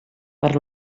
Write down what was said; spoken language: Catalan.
per